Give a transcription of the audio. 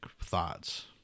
thoughts